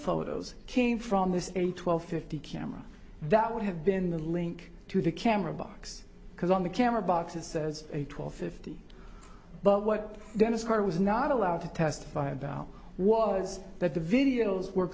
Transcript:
photos came from this a twelve fifty camera that would have been the link to the camera box because on the camera box it says a twelve fifty but what dennis card was not allowed to testify about was that the videos were